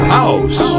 house